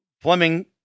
Fleming